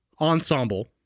ensemble